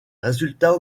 résultats